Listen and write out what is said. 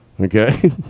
Okay